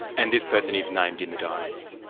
and this person is named in the diaries?